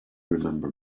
remember